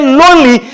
lonely